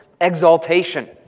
exaltation